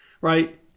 right